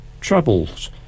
troubles